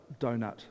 donut